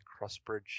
crossbridge